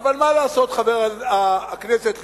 אבל מה לעשות, חבר הכנסת ליצמן,